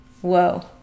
whoa